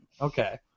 okay